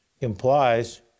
implies